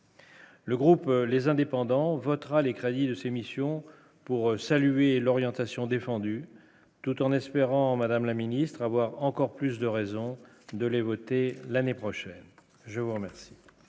Le groupe, les indépendants votera les crédits de ses missions pour saluer l'orientation défendue tout en espérant Madame la ministre, avoir encore plus de raisons de les voter l'année prochaine, je vous remercie.